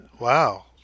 Wow